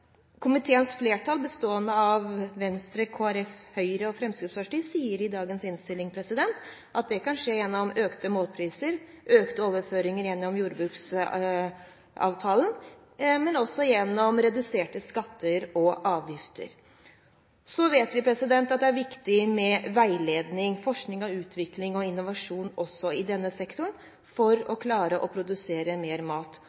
komiteens flertall, bestående av Venstre, Kristelig Folkeparti, Høyre og Fremskrittspartiet, sier i dagens innstilling at det kan skje gjennom økte målpriser, økte overføringer gjennom jordbruksavtalen og gjennom reduserte skatter og avgifter. Så vet vi at det er viktig med veiledning, forskning og utvikling og innovasjon også i denne sektoren for å klare å produsere mer mat.